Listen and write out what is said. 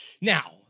Now